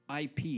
IP